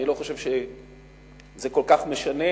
אני לא חושב שזה כל כך משנה.